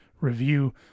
review